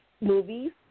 movies